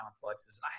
complexes